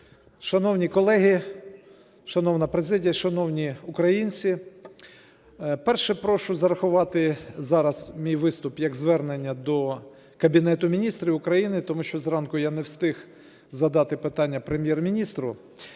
Шановні колеги, шановна президія, шановні українці! Перше. Прошу зарахувати зараз мій виступ, як звернення до Кабінету Міністрів України, тому що зранку я не встиг задати питання Прем'єр-міністру,